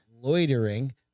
Loitering